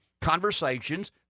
conversations